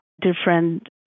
different